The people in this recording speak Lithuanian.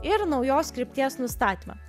ir naujos krypties nustatymą